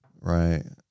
Right